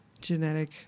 genetic